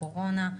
קורונה,